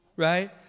right